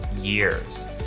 years